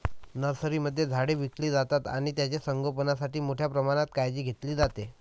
नर्सरीमध्ये झाडे विकली जातात आणि त्यांचे संगोपणासाठी मोठ्या प्रमाणात काळजी घेतली जाते